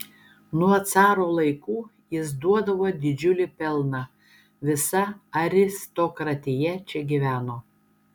nuo caro laikų jis duodavo didžiulį pelną visa aristokratija čia gyveno